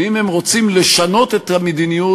ואם הם רוצים לשנות את המדיניות,